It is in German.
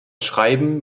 schreiben